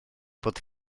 bod